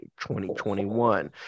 2021